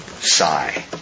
sigh